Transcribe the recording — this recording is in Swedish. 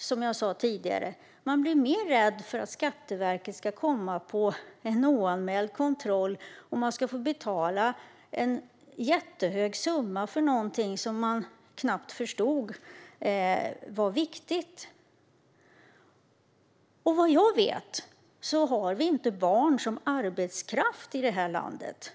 som jag sa tidigare, att man blir mer rädd för att Skatteverket ska komma och göra oanmäld kontroll och att man ska få betala en jättehög summa för något som man knappt förstod var viktigt. Och vad jag vet har vi inte barn som arbetskraft i det här landet.